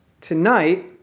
Tonight